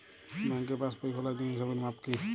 ব্যাঙ্কে পাসবই খোলার জন্য ছবির মাপ কী?